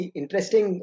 interesting